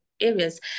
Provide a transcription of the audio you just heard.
areas